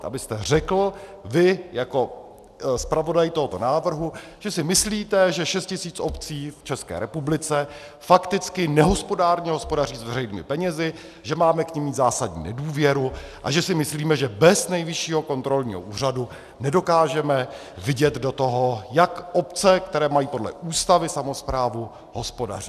Abyste řekl, vy jako zpravodaj tohoto návrhu, že si myslíte, že šest tisíc obcí v České republice fakticky nehospodárně hospodaří s veřejnými penězi, že máme k nim mít zásadní nedůvěru a že si myslíme, že bez Nejvyššího kontrolního úřadu nedokážeme vidět do toho, jak obce, které mají podle Ústavy samosprávu, hospodaří.